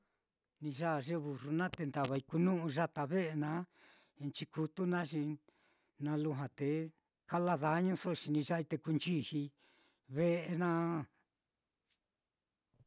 Ni yaa ye burru naá te ndavai junu'u yata ve'e naá, nchikutu naá xi na lujua te kala dañuso xi ni yaai te kunchijii ve'e naá.